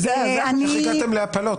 איך הגעתם להפלות?